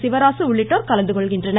சிவராசு உள்ளிட்டோர் கலந்துகொள்கின்றனர்